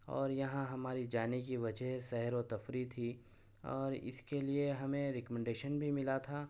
اور یہاں ہمارے جانے کی وجہ سیر و تفریح تھی اور اس کے لیے ہمیں رکمنڈیشن بھی ملا تھا